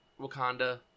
Wakanda